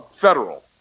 federal